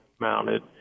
mounted